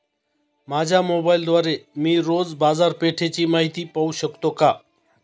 माझ्या मोबाइलद्वारे मी रोज बाजारपेठेची माहिती पाहू शकतो का?